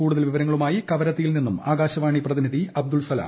കൂടുതൽ വിവരങ്ങളുമായി കവറത്തിയിൽ നിന്നും ആകാശവാണി പ്രതിനിധി അബ്ദുൾ സലാം